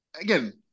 Again